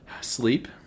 Sleep